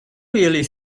really